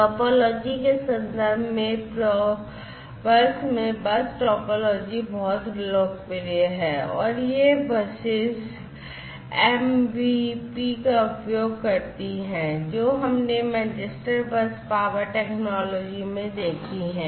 topology के संदर्भ में प्रोबस में बस टोपोलॉजी बहुत लोकप्रिय है और ये Buses MBP का उपयोग करती हैं जो हमने मैनचेस्टर बस पावर टेक्नोलॉजी में देखी हैं